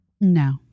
No